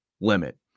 limit